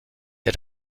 der